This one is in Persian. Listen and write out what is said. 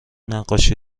نقاشی